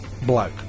bloke